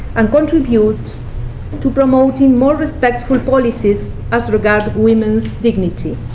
and contributes to promote more respectful policies as regards women's dignity.